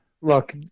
look